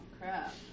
crap